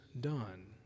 done